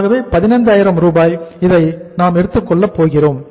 ஆகவே 15000 ரூபாயாக இதை நாம் எடுத்துக்கொள்ளப் போகிறோம்